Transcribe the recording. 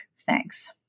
Thanks